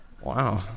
Wow